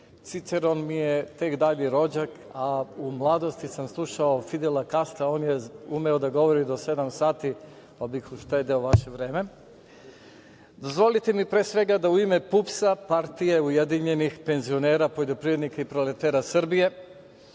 Ciceron mi je tek dalji rođak, a u mladosti sam slušao Fidela Kastra, on je umeo da govori do sedam sati, pa bih uštedeo vaše vreme. Dozvolite mi, pre svega, da u ime PUPS-a, Partije ujedinjenih penzionera, poljoprivrednika i proletera Srbije,